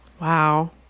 Wow